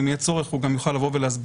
אם יהיה צורך הוא גם יוכל לבוא ולהסביר